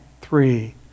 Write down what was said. three